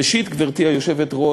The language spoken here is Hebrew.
ראשית, גברתי היושבת-ראש,